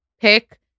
pick